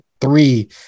three